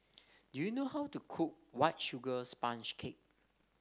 do you know how to cook White Sugar Sponge Cake